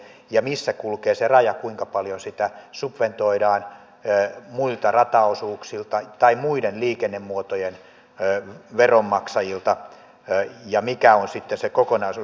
ja missä kulkee se raja kuinka paljon sitä subventoidaan muilta rata osuuksilta tai muiden liikennemuotojen veronmaksajilta ja mikä on sitten se kokonaisuus